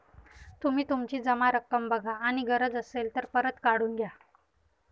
तुम्ही तुमची जमा रक्कम बघा आणि गरज असेल तर परत काढून घ्या